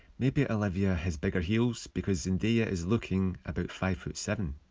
maybe olivia has bigger heels, because zendaya is looking about five foot seven.